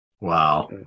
Wow